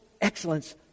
excellence